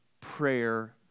prayer